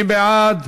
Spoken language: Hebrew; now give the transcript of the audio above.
מי בעד?